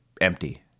empty